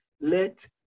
Let